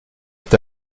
est